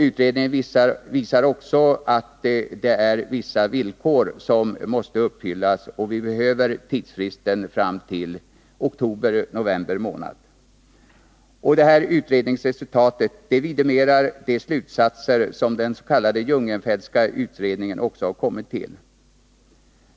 Utredningen visar också att vissa villkor måste uppfyllas, varför tidsfristen fram till oktober eller november är nödvändig. Utredningsresultatet bestyrker de slutsatser som den s.k. Jungenfeltska utredningen har kommit fram till.